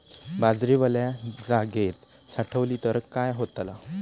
बाजरी वल्या जागेत साठवली तर काय होताला?